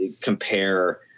compare